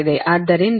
ಆದ್ದರಿಂದ j 0